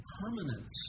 permanence